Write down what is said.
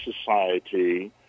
society